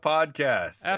Podcast